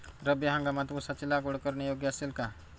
रब्बी हंगामात ऊसाची लागवड करणे योग्य असेल का?